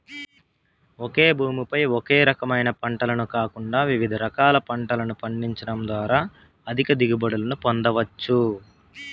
ఒకే భూమి పై ఒకే రకమైన పంటను కాకుండా వివిధ రకాల పంటలను పండించడం ద్వారా అధిక దిగుబడులను పొందవచ్చు